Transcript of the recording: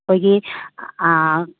ꯑꯩꯈꯣꯏꯒꯤ